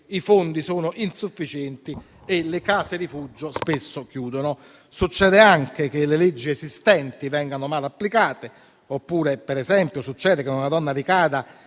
i fondi sono insufficienti e le case di rifugio spesso chiudono. Succede anche che le leggi esistenti vengano male applicate oppure, per esempio, che una donna ricada